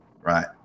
right